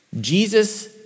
Jesus